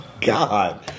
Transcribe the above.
god